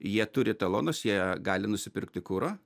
jie turi talonus jie gali nusipirkti kuro